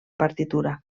partitura